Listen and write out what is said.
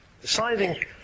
deciding